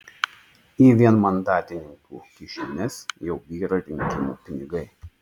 į vienmandatininkų kišenes jau byra rinkimų pinigai